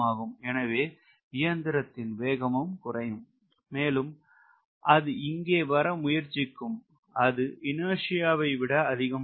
எனவே இயந்திரத்தின் வேகம் குறையும் மேலும் அது இங்கே வர முயற்சிக்கும் அது இனர்சியா ஐ விட அதிகமாகும்